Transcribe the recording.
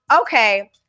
Okay